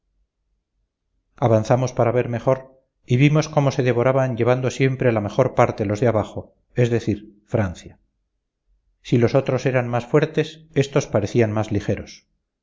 avanzamos para ver mejor y vimos cómo se devoraban llevando siempre la mejor parte los de abajo es decir francia si los otros eran más fuertes estos parecían más ligeros